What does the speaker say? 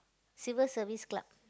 Civil-Service-Club